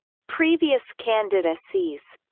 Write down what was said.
previous candidacies